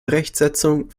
rechtsetzung